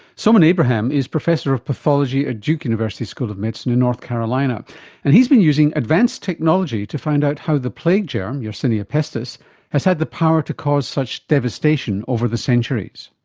soman abraham is professor of pathology at duke university school of medicine in north carolina and he's been using advanced technology to find out how the plague germ, yersinia pestis, has had the power to cause such devastation over the centuries.